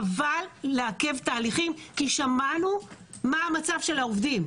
חבל לעכב תהליכים כי שמענו מה המצב של העובדים.